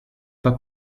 pas